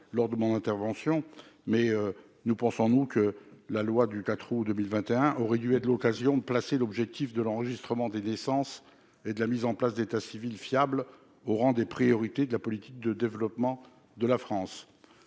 lors de mon intervention liminaire, mais, selon nous, la loi du 4 août 2021 aurait dû être l'occasion de placer l'objectif de l'enregistrement des naissances et de la mise en place d'états civils fiables au rang des priorités de la politique de développement de la France.